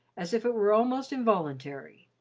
as if it were almost involuntary.